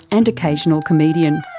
and occasional comedian.